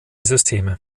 systeme